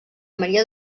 maria